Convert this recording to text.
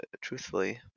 truthfully